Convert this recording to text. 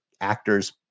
actors